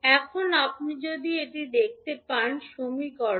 এখন আপনি যদি এটি দেখতে পান সমীকরণ